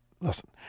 listen